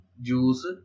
Juice